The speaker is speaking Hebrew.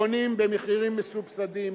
בונים במחירים מסובסדים,